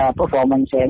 performance